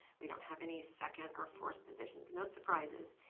we don't have any second or fourth positions. no surprises.